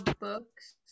books